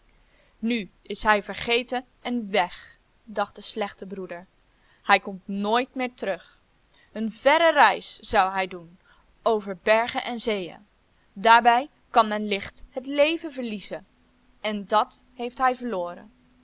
nu is hij vergeten en weg dacht de slechte broeder hij komt nooit meer terug een verre reis zou hij doen over bergen en zeeën daarbij kan men licht het leven verliezen en dat heeft hij verloren